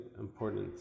important